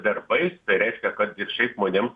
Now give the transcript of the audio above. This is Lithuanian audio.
darbais tai reiškia kad ir šiaip monėm